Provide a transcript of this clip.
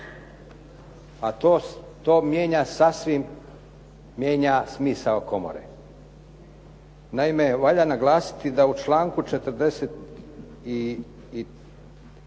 mijenja smisao komore. Naime, valja naglasiti da u članku 43.